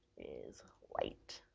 is white.